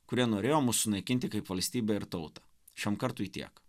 kurie norėjo mus sunaikinti kaip valstybę ir tautą šiam kartui tiek